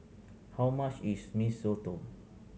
how much is Mee Soto